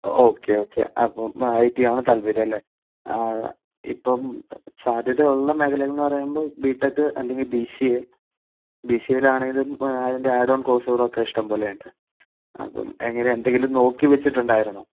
okay okay അപ്പൊൾ IT ആണ് താല്പര്യം അല്ലെ ആ ഇപ്പം സാധ്യത ഉള്ള മേഖല എന്ന് പറയുമ്പം ബിടെക് അല്ലെങ്കിൽ ബിസിഎ ബിസിഎയിൽ ആണെങ്കിലും അതിൻ്റെ അഡോൺ കോഴ്സുകൾ ഒകെ ഇഷ്ടംപോലെ ഉണ്ട് അപ്പൊൾ എന്തെങ്കിലും നോക്കി വെച്ചിട്ടുണ്ടായിരുന്നോ